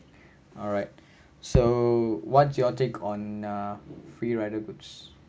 alright so what's your take on uh free rider goods